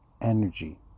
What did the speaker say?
Energy